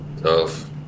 Tough